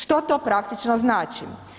Što to praktično znači?